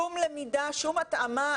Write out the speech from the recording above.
שום התאמה.